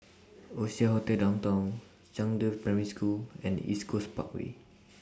Oasia Hotel Downtown Zhangde Primary School and East Coast Parkway